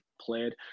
played